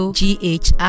gh